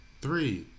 three